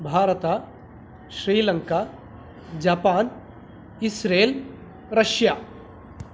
Bharat Sri Lanka Japan Israel Russia